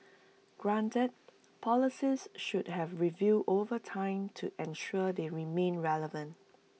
granted policies should have reviewed over time to ensure they remain relevant